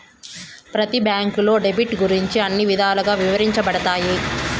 ప్రతి బ్యాంకులో డెబిట్ గురించి అన్ని విధాలుగా ఇవరించబడతాయి